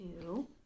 two